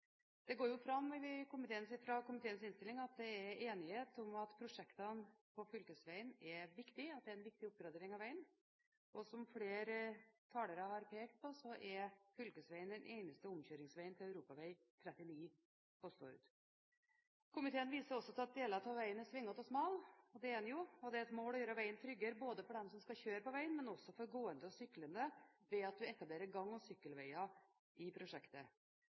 Det går fram av komiteens innstilling at det er enighet om at prosjektene på fylkesveien er viktige, at det er en viktig oppgradering av veien, og som flere talere har pekt på, er fylkesveien den eneste omkjøringsveien for E39 på Stord. Komiteen viser også til at deler av veien er svingete og smal – og det er den jo – og det er et mål å gjøre veien tryggere både for den som skal kjøre på veien, og også for gående og syklende ved at en etablerer gang- og sykkelveier i prosjektet.